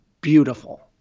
beautiful